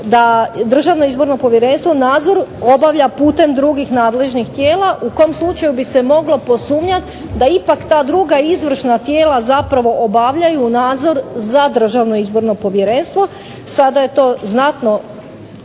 da Državno izborno povjerenstvo nadzor obavlja putem drugih nadležnih tijela u kom slučaju bi se moglo posumnjati da ipak ta druga izvršna tijela zapravo obavljaju nadzor za Državno izborno povjerenstvo. Sada je to znatno,